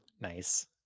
Nice